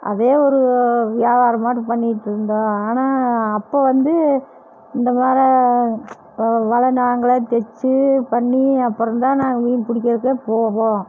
அதே ஒரு வியாபாரம் மாதிரி பண்ணிகிட்டு இருந்தோம் ஆனால் அப்போ வந்து இந்த மாரி வலை நாங்களே தச்சு பண்ணி அப்புறம் தான் நாங்கள் மீன் பிடிக்கிறதுக்கே போவோம்